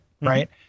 right